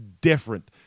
different